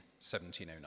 1709